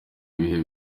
ibihe